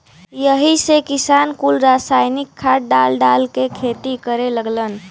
यही से किसान कुल रासायनिक खाद डाल डाल के खेती करे लगलन